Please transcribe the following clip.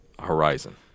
horizon